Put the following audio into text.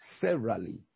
severally